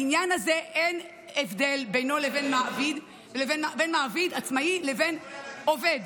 בעניין הזה אין הבדל בין מעביד עצמאי לבין עובד.